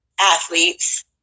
athletes